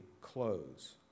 close